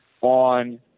on